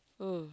mm